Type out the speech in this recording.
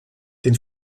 dem